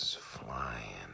flying